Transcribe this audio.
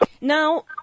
now